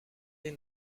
des